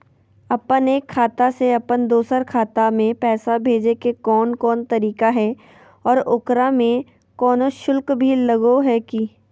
अपन एक खाता से अपन दोसर खाता में पैसा भेजे के कौन कौन तरीका है और ओकरा में कोनो शुक्ल भी लगो है की?